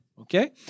Okay